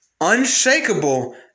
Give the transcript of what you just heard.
unshakable